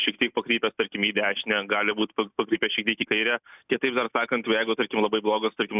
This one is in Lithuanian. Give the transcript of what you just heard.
šiek tiek pakrypęs tarkim į dešinę gali būt pakrypęs šiek tiek į kairę kitaip dar sakant jau jeigu tarkim labai blogas tarkim